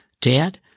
Dad